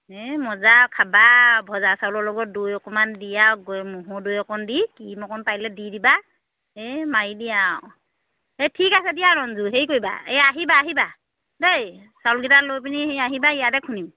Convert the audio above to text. এই মজা খাবা আৰু ভজা চাউলৰ লগত দৈ অকণমান দি আৰু গৈ ম'হৰ দৈ অকণ দি ক্ৰীম অকণ পাৰিলে দি দিবা এই মাৰি দিয়া আৰু এই ঠিক আছে দিয়া ৰঞ্জু হেৰি কৰিবা এই আহিবা আহিবা দেই চাউলকেইটা লৈ পিনি সেই আহিবা ইয়াতে খুন্দিম